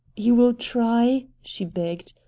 you will try? she begged.